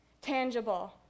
tangible